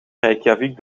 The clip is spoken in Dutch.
reykjavik